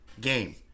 game